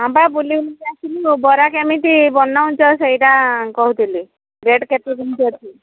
ହଁ ବା ବୁଲି ବୁଲିି ଆସିଲୁ ବରା କେମିତି ବନଉଛ ସେଇଟା କହୁଥିଲି ରେଟ୍ କେତେ କେମିତି ଅଛି